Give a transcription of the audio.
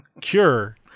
Cure